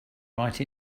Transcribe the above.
write